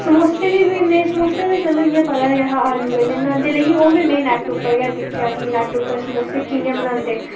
समोसे बी में चलो इंया ते पता गै हा की आलू कन्नै बनांदे पर ओह्बी में नेट पर गै दिक्खेआ की नेट पर समोसे कि'यां बनांदे